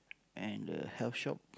and the health shop